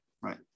right